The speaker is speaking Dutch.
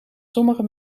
sommige